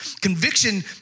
Conviction